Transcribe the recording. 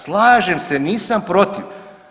Slažem se, nisam protiv.